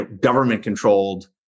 government-controlled